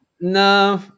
no